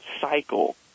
cycle